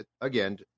again